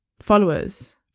followers